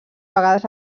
vegades